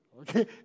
Okay